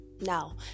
now